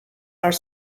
are